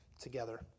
together